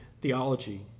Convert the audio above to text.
theology